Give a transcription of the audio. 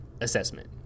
assessment